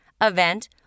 event